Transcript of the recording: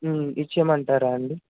ఇచ్చేయమంటారా అండి